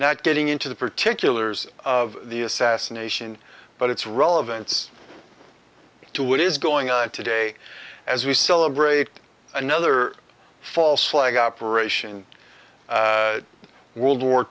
not getting into the particulars of the assassination but its relevance to what is going on today as we celebrate another false flag operation world war